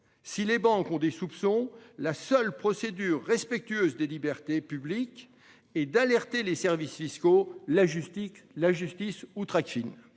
Si les banques ont des soupçons, la seule procédure respectueuse des libertés publiques est d'alerter les services fiscaux, la justice ou Tracfin.